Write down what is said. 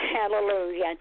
Hallelujah